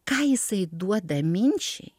ką jisai duoda minčiai